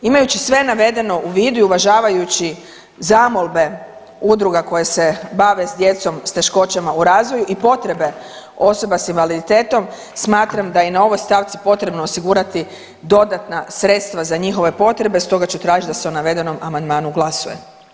Imajući sve navedeno u vidu i uvažavajući zamolbe udruga koje se bave s djecom s teškoćama u razvoju i potrebe osoba s invaliditetom smatram da je i na ovoj stavci potrebno osigurati dodatna sredstva za njihove potrebe, stoga ću tražiti da se o navedenom amandmanu glasuje.